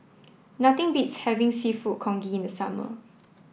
nothing beats having seafood congee in the summer